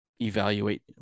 evaluate